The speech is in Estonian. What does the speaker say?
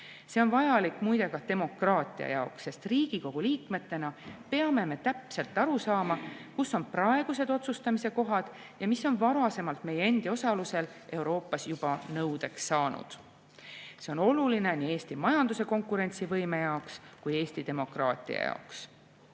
See on vajalik muide ka demokraatia jaoks. Sest Riigikogu liikmetena peame me täpselt aru saama, kus on praegused otsustamiskohad ja mis on varasemalt meie endi osalusel Euroopas juba nõudeks saanud. See on oluline nii Eesti majanduse konkurentsivõime jaoks kui ka Eesti demokraatia